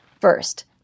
First